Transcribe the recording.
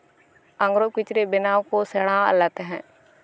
ᱟᱝᱨᱚᱵ ᱠᱤᱪᱨᱤᱡ ᱵᱮᱱᱟᱣ ᱠᱚ ᱥᱮᱬᱟᱣᱟᱫ ᱞᱮ ᱛᱟᱦᱮᱸᱡ